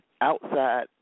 outside